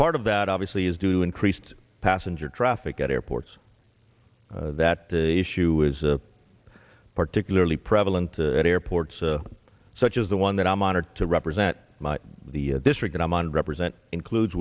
part of that obviously is due increased passenger traffic at airports that issue is particularly prevalent at airports such as the one that i'm honored to represent the district i'm on represent includes